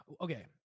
okay